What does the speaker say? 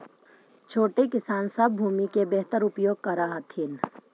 छोटे किसान सब भूमि के बेहतर उपयोग कर हथिन